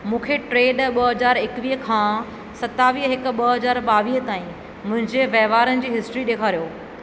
मूंखे टे ॾह ॿ हज़ार इकवीह खां सतावीह हिकु ॿ हज़ार ॿावीह ताईं मुंहिंजे वहिंवारनि जी हिस्ट्री ॾेखारियो